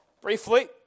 briefly